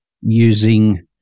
using